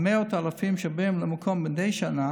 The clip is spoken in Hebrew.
ומאות האלפים שבאים למקום מדי שנה